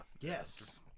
Yes